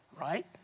right